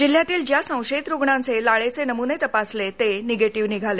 जिल्ह्यातिल ज्या संशयित रुग्णांचे लाळेचे नमुने तपासले ते निगेटिव्ह निघाले